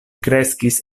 kreskis